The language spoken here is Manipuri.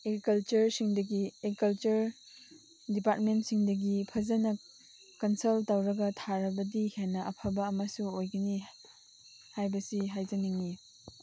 ꯑꯦꯒ꯭ꯔꯤꯀꯜꯆꯔꯁꯤꯡꯗꯒꯤ ꯑꯦꯒ꯭ꯔꯤꯀꯜꯆꯔ ꯗꯤꯄꯥꯔꯠꯃꯦꯟꯁꯤꯡꯗꯒꯤ ꯐꯖꯅ ꯀꯟꯁꯜ ꯇꯧꯔꯒ ꯊꯥꯔꯕꯗꯤ ꯍꯦꯟꯅ ꯑꯐꯕ ꯑꯃꯁꯨ ꯑꯣꯏꯒꯅꯤ ꯍꯥꯏꯕꯁꯤ ꯍꯥꯏꯖꯅꯤꯡꯉꯤ